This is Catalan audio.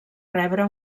rebre